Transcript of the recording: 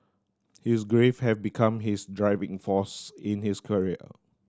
his grief have become his driving force in his career